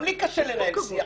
גם לי קשה לנהל שיח